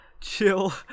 chill